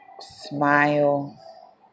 smile